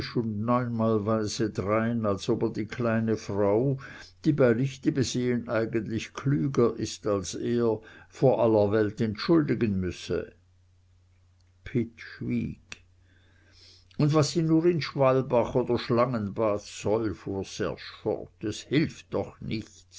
als ob er die kleine frau die bei lichte besehn eigentlich klüger ist als er vor aller welt entschuldigen müsse pitt schwieg und was sie nur in schwalbach oder schlangenbad soll fuhr serge fort es hilft doch nichts